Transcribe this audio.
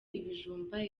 ibijumba